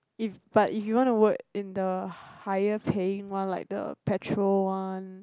if but if you want to work in the higher paying one like the petrol one